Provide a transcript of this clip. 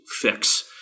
fix